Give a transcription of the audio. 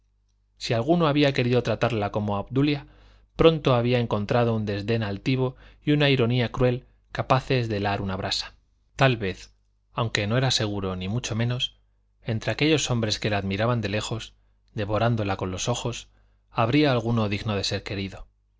si alguno había querido tratarla como a obdulia pronto había encontrado un desdén altivo y una ironía cruel capaces de helar una brasa tal vez aunque no era seguro ni mucho menos entre aquellos hombres que la admiraban de lejos devorándola con los ojos habría alguno digno de ser querido